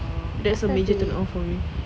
oh why he